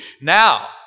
Now